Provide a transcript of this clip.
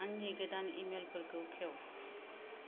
आंनि गोदान इमेलफोरखौ खेव